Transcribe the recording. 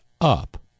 up